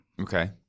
Okay